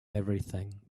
everything